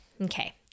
Okay